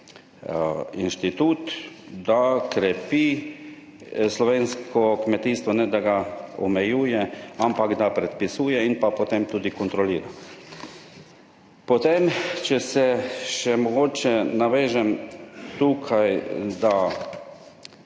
inštitut, da krepi slovensko kmetijstvo, ne da ga omejuje, ampak da predpisuje in pa potem tudi kontrolira. Potem, če se še mogoče navežem tukaj, da